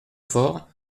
fort